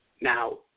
Now